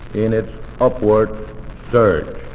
in its upward surge